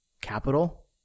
capital